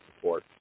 support